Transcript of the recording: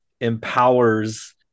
empowers